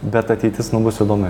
bet ateitis nu bus įdomi